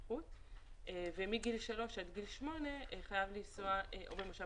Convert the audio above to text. בטיחות ומגיל שלוש עד גיל שמונה חייב לנסוע או במושב